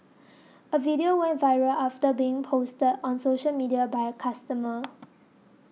a video went viral after being posted on social media by customer